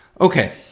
Okay